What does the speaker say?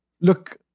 Look